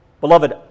Beloved